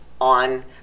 On